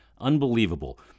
Unbelievable